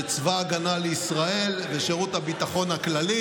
צבא ההגנה לישראל ושירות הביטחון הכללי,